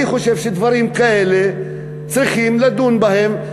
אני חושב שדברים כאלה צריך לדון בהם,